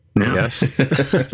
Yes